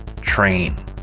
Train